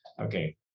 Okay